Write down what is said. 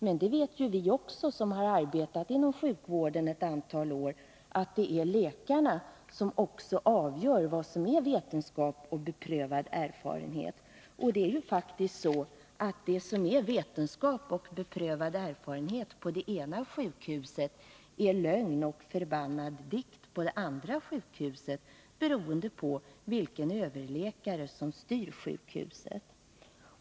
Men vi som har arbetat inom sjukvården ett antal år vet ju att det är läkarna som avgör vad som är vetenskap och beprövad erfarenhet. Det är ju faktiskt så, att det som är vetenskap och beprövad erfarenhet på det ena sjukhuset är lögn och förbannad dikt på det andra, beroende på vilken överläkare som styr sjukhuset.